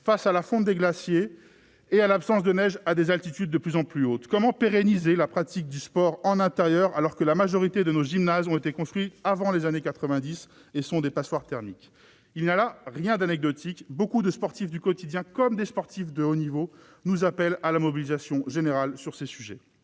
face à la fonte des glaciers et à l'absence de neige à des altitudes de plus en plus hautes ? Comment pérenniser la pratique du sport en intérieur alors que la majorité de nos gymnases ont été construits avant les années 1990 et sont des passoires thermiques ? Il n'y a là rien d'anecdotique, et beaucoup de sportifs du quotidien, tout comme des sportifs de haut niveau, nous appellent à la mobilisation générale sur ces sujets.